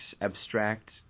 abstract